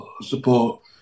support